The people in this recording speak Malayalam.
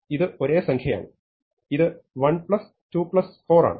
ഇത് ഒരേ സംഖ്യയാണ് ഇത് 1 2 4 ആണ്